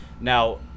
Now